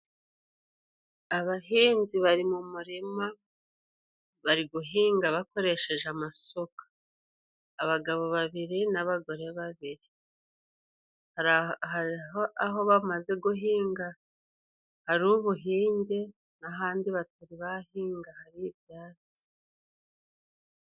Abahinzi bari mu murima bari guhinga bakoresheje amasuka, abagabo babiri n'abagore babiri. Aho bamaze guhinga hari ubuhinge ahandi batari bahinga hari ibyatsi.